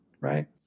right